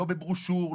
לא בברושור,